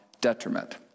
detriment